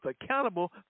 accountable